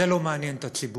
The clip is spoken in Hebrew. זה לא מעניין את הציבור?